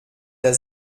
der